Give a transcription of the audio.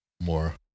more